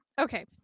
Okay